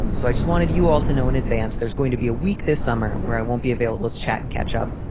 um so i just wanted you all to know in advance there's going to be a week this summer where i won't be available to chat and catch up.